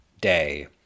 day